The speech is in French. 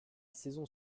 saison